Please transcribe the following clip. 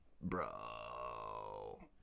Bro